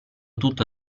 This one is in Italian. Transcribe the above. tutto